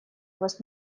вас